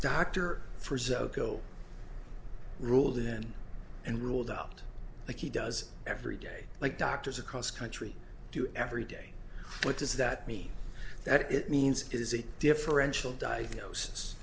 doctor for zovko ruled in and ruled out like he does every day like doctors across country do every day what does that mean that it means is a differential diagnosis